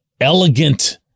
elegant